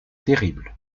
terrible